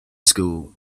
school